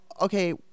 okay